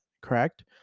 correct